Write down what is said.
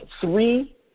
three